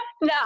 No